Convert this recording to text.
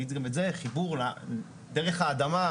דרך האדמה,